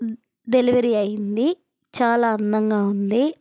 delivery అయ్యింది చాలా అందంగా ఉంది